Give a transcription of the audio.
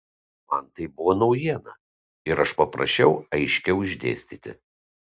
man tai buvo naujiena ir aš paprašiau aiškiau išdėstyti